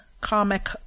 comic